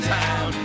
town